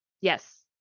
Yes